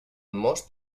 most